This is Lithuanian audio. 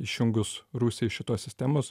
išjungus rusiją iš šitos sistemos